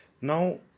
Now